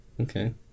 Okay